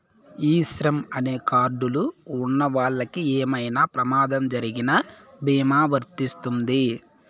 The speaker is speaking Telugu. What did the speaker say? ఈ శ్రమ్ అనే కార్డ్ లు ఉన్నవాళ్ళకి ఏమైనా ప్రమాదం జరిగిన భీమా వర్తిస్తుంది